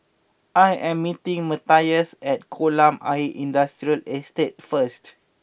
I am meeting Matias at Kolam Ayer Industrial Estate first